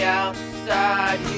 outside